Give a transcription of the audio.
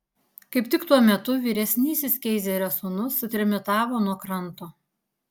kaip tik tuo metu vyresnysis keizerio sūnus sutrimitavo nuo kranto